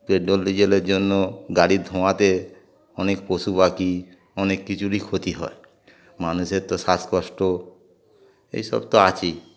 petrol ডিজেলের জন্য গাড়ির ধোঁয়াতে অনেক পশু পাখি অনেক কিছুরই ক্ষতি হয় মানুষের তো শ্বাসকষ্ট এইসব তো আছেই